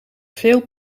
veel